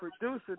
producer